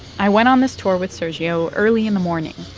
i went on this tour with sergio early in the morning.